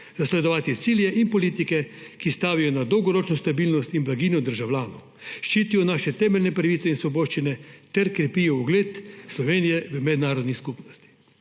zasledovati cilje in politike, ki stavijo na dolgoročno stabilnost in blaginjo državljanov, ščitijo naše temeljne pravice in svoboščine ter krepijo ugled Slovenije v mednarodni skupnosti.